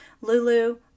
Lulu